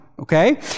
Okay